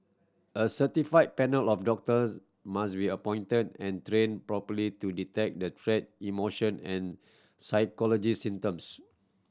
a certified panel of doctors must be appointed and properly to detect the treat emotion and psychology symptoms